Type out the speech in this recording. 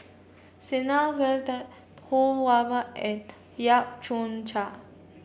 Ho Wan Ma and Yap Chong Chuan